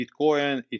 Bitcoin